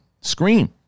Scream